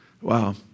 Wow